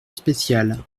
spéciale